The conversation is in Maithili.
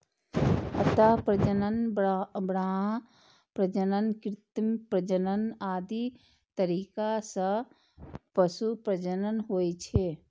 अंतः प्रजनन, बाह्य प्रजनन, कृत्रिम प्रजनन आदि तरीका सं पशु प्रजनन होइ छै